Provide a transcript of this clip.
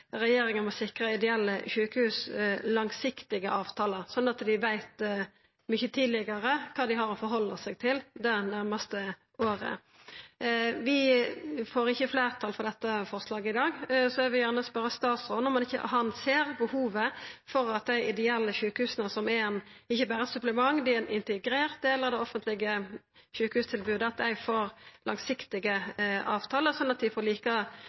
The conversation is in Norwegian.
regjeringa må sikra ideelle sjukehus langsiktige avtaler, sånn at dei veit mykje tidlegare kva dei har å halda seg til det nærmaste året. Vi får ikkje fleirtal for dette forslaget i dag, så eg vil gjerne spørja statsråden: Ser han ikkje behovet for at dei ideelle sjukehusa – som ikkje berre er eit supplement, men ein integrert del av det offentlege sjukehustilbodet – får langsiktige avtaler, slik at dei får like god føreseielegheit for